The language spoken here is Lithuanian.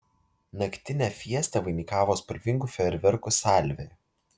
naktinę fiestą vainikavo spalvingų fejerverkų salvė